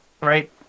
right